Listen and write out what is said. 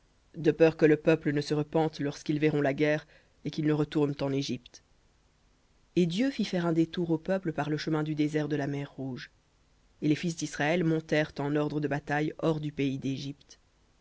de peur que le peuple ne se repente lorsqu'ils verront la guerre et qu'ils ne retournent en égypte et dieu fit faire un détour au peuple par le chemin du désert de la mer rouge et les fils d'israël montèrent en ordre de bataille hors du pays d'égypte